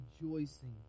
rejoicing